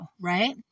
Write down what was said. right